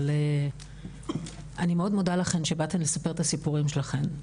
אבל אני מאוד מודה לכן שבאתן לספר את הסיפורים שלכן.